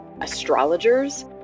astrologers